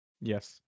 yes